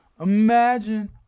Imagine